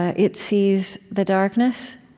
ah it sees the darkness.